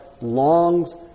longs